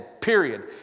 period